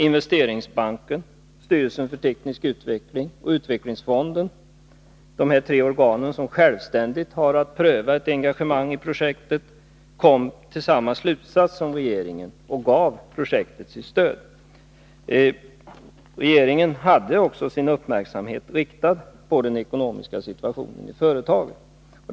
Investeringsbanken, styrelsen för teknisk utveckling och Utvecklingsfonden — de tre organ som självständigt har att pröva engagemang i projektet — kom till samma slutsats som regeringen och gav projektet sitt stöd. Regeringen hade också sin uppmärksamhet riktad på den ekonomiska situationen i företaget.